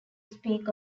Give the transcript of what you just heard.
speak